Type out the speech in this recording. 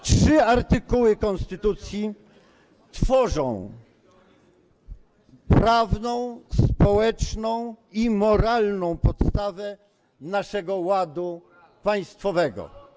Trzy artykuły konstytucji tworzą prawną, społeczną i moralną podstawę naszego ładu państwowego.